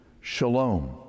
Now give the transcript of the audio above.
shalom